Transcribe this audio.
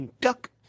duck